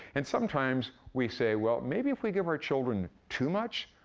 and sometimes, we say, well, maybe if we give our children too much,